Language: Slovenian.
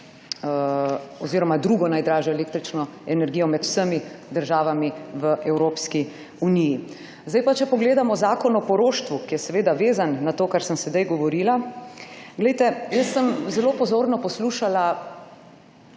oziroma drugo najdražjo električno energijo med vsemi članicami v Evropski uniji. Sedaj pa če pogledamo zakon o poroštvu, ki je vezan na to, o čemer sem sedaj govorila. Jaz sem zelo pozorno poslušala